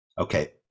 Okay